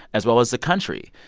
as well as the country.